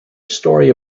story